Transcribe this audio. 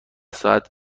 ساعت